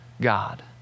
God